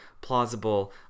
plausible